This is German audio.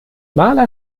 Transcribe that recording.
maler